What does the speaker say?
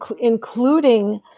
including